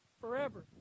Forever